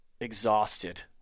exhausted